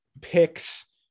picks